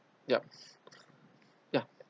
yup ya